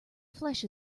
flesh